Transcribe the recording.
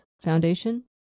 Foundation